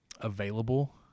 available